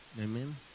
Amen